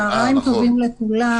צוהריים טובים לכולם,